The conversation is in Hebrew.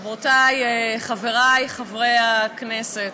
חברותי, חברי חברי הכנסת,